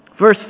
verse